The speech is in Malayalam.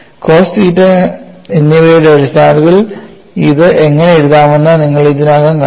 കോസ് തീറ്റ എന്നിവയുടെ അടിസ്ഥാനത്തിൽ ഇത് എങ്ങനെ എഴുതാമെന്ന് നിങ്ങൾ ഇതിനകം കണ്ടു